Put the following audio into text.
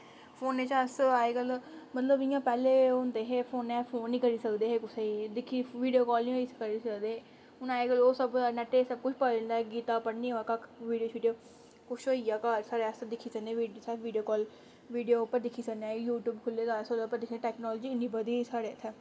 फोनै च अस अज्जकल मतलब इ'यां पैह्ले ओह् होंदे हे फोनै फोन नेईं करी सकदे हे कुसै गी दिक्खी वीडियो काॅल नेईं होई सकदी ही ते हून अज्जकल ओह् स्हाबै दा नेट ऐसा कुछ पता लगदा गीता पढ़नी होऐ कक्ख वीडियो शीडियो कुछ होई जा घर साढ़े अस दिक्खी सकने वीडियो काॅल वीडियो उप्पर दिक्खी सकने हा यूट्यूब खु'ल्ले दा अस ओह्दे उप्पर दिक्खने टेक्नोलाॅजी इ'न्नी बधी साढ़े इ'त्थें